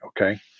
okay